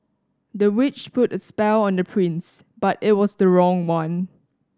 the witch put a spell on the prince but it was the wrong one